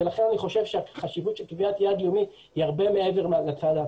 ולכן אני חושב שהחשיבות של קביעת יעד לאומי היא הרבה מעבר להמלצה.